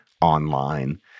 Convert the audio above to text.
online